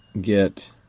get